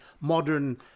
modern